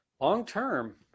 Long-term